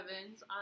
Evans